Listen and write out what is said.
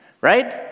right